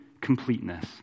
completeness